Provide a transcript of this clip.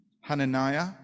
Hananiah